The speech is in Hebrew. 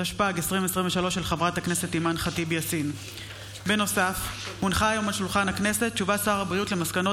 התשפ"ג 2023. הודעת שר הבריאות על מסקנות